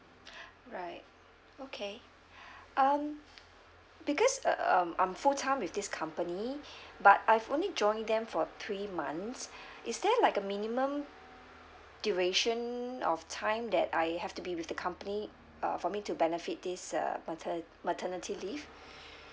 right okay um because um I'm full time with this company but I've only joined them for three months is there like a minimum duration of time that I have to be with the company uh for me to benefit this uh matern~ maternity leave